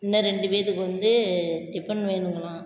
இன்னும் ரெண்டு பேத்துக்கு வந்து டிபன் வேணுங்களா